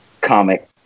comic